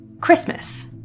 Christmas